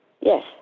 yes